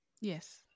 Yes